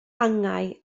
angau